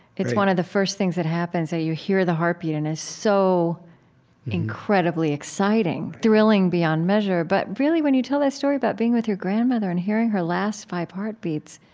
it's one of the first things that happens, that you hear the heartbeat, and it's so incredibly exciting right thrilling beyond measure. but really when you tell that story about being with your grandmother and hearing her last five heartbeats,